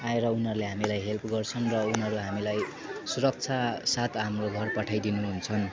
आएर उनीहरूले हामीलाई हेल्प गर्छन् र उनीहरूले हामीलाई सुरक्षा साथ हाम्रो घर पठाइदिनु हुन्छन्